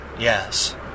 yes